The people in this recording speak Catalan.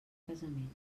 casament